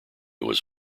was